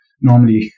normally